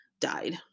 died